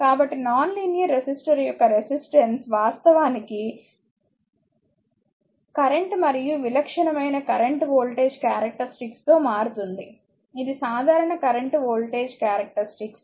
కాబట్టి non linear resistor యొక్క resistance వాస్తవానికి కరెంట్ మరియు విలక్షణమైన కరెంట్ వోల్టేజ్ క్యారెక్టరెస్టిక్స్ తో మారుతుంది ఇది సాధారణ కరెంట్ వోల్టేజ్ క్యారెక్టరెస్టిక్స్